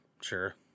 sure